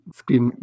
screen